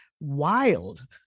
wild